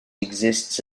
exists